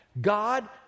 God